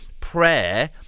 Prayer